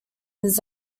his